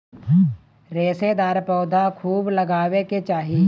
रेशेदार पौधा खूब लगावे के चाही